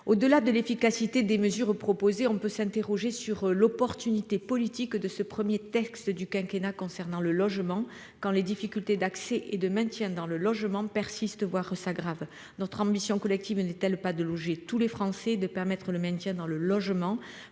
au delà de l'efficacité des mesures proposées. On peut s'interroger sur l'opportunité politique de ce 1er texte du quinquennat concernant le logement quand les difficultés d'accès et de maintien dans le logement persistent, voire s'aggravent. Notre ambition collective n'est-elle pas de loger tous les Français de permettre le maintien dans le logement.